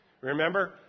Remember